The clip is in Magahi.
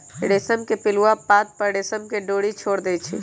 रेशम के पिलुआ पात पर रेशम के डोरी छोर देई छै